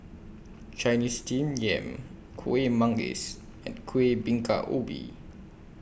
Chinese Steamed Yam Kuih Manggis and Kueh Bingka Ubi